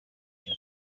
cya